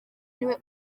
niwe